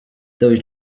those